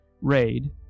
Raid